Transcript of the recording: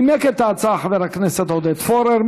נימק את ההצעה חבר הכנסת עודד פורר.